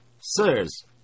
Sirs